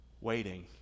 Waiting